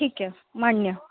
ठीक आहे मान्य